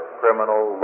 criminal